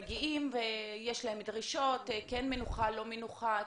מגיעים ויש להם דרישות כן מנוחה, לא מנוחה.